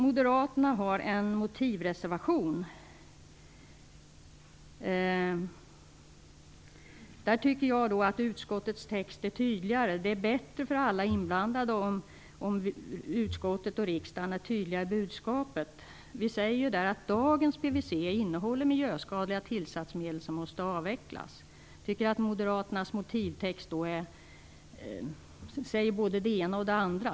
Moderaterna har en motivreservation. Jag tycker att utskottets text är tydligare. Det är bättre för alla inblandade om utskottet och riksdagen är tydliga i budskapet. Vi säger att dagens PVC innehåller miljöskadliga tillsatsmedel som måste avvecklas. Jag tycker att moderaternas motivtext säger både det ena och det andra.